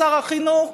שר החינוך,